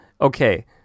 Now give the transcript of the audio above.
okay